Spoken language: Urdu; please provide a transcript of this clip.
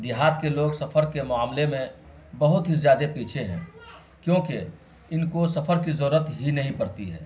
دیہات کے لوگ سفر کے معاملے میں بہت ہی زیادہ پیچھے ہیں کیونکہ ان کو سفر کی ضرورت ہی نہیں پڑتی ہے